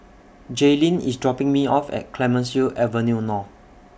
Jaylynn IS dropping Me off At Clemenceau Avenue North